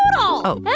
oh but